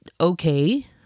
okay